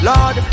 Lord